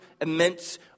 immense